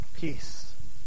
peace